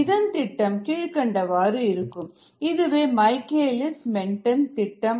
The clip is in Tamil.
இதன் திட்டம் கீழ்கண்டவாறு இருக்கும் இதுவே மைக்கேலிஸ் மென்டென் திட்டம்